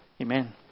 Amen